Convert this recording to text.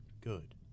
good